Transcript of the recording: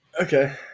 Okay